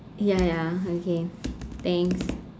ya ya okay thanks